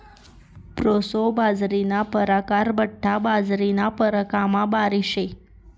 proso बाजरीना परकार बठ्ठा बाजरीना प्रकारमा बारीक शे